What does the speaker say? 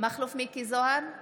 מכלוף מיקי זוהר,